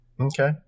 Okay